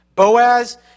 Boaz